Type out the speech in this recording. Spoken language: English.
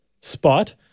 spot